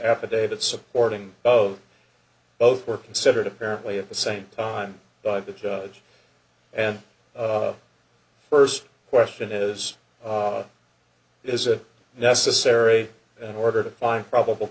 affidavit supporting both both were considered apparently at the same time by the judge and the first question is is it necessary in order to find probable